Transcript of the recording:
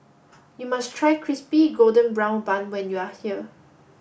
you must try crispy golden brown bun when you are here